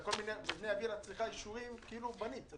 לכל מבנה יביל את צריכה אישורים כאילו בנית.